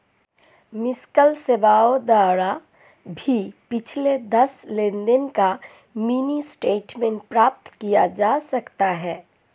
miss call सेवाओं द्वारा भी पिछले दस लेनदेन का मिनी स्टेटमेंट प्राप्त किया जा सकता है